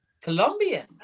Colombian